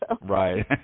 Right